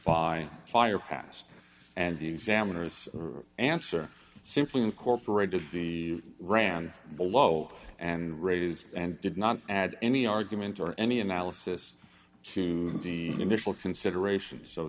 by fire pass and the examiner as answer simply incorporated the ran a low and rate is and did not add any argument or any analysis to the initial consideration